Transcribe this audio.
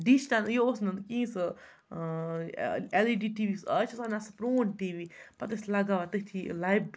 dish تہِ نہٕ یہِ اوس نہٕ کِہیٖنۍ سُہ L E D T V یُس اَز چھِ آسان سُہ پرٛون ٹی وی پَتہٕ ٲسۍ لَگاوان تٔتھی لَبہِ